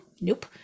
Nope